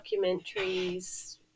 documentaries